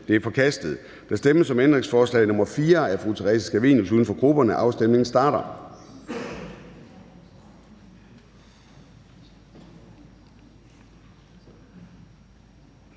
Det er forkastet. Der stemmes om ændringsforslag nr. 5, af Theresa Scavenius, UFG, og afstemningen starter.